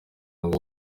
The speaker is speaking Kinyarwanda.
ngo